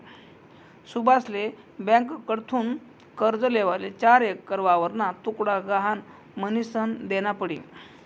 सुभाषले ब्यांककडथून कर्ज लेवाले चार एकर वावरना तुकडा गहाण म्हनीसन देना पडी